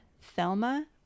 Thelma